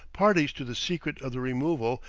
parties to the secret of the removal,